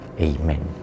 Amen